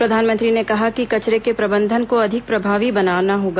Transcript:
प्रधानमंत्री ने कहा कि कचरे के प्रबंधन को अधिक प्रभावी बनाना होगा